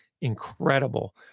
incredible